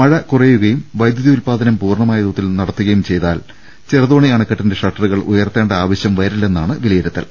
മഴ കുറയുകയും വൈദ്യുതി ഉൽപാദനം പൂർണമായ തോതിൽ നടക്കുകയും ചെയ്താൽ ചെറുതോണി അണക്കെട്ടിന്റെ ഷട്ടറുകൾ ഉയർത്തേണ്ട ആവശ്യം വരില്ലെന്നാണ് വിലയിരുത്തൽ